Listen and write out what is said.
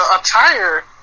attire